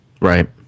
right